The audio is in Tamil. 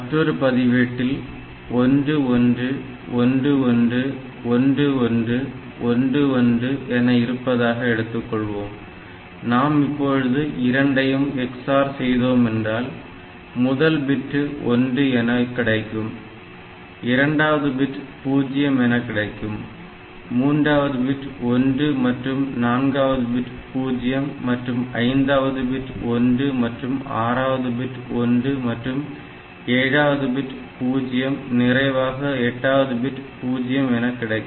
மற்றொரு பதிவேட்டில் 1 1 1 1 1 1 1 1 என இருப்பதாக எடுத்துக்கொள்வோம் நாம் இப்பொழுது இரண்டையும் XOR செய்தோம் என்றால் முதல் பிட் 1 என கிடைக்கும் இரண்டாவது பிட் 0 என கிடைக்கும் மூன்றாவது பிட் 1 மற்றும் நான்காவது பிட் 0 மற்றும் ஐந்தாவது பிட்டுக்கு 1 மற்றும் ஆறாவது பிட் 1 மற்றும் ஏழாவது பிட் 0 நிறைவாக எட்டாவது பிட் 0 என கிடைக்கும்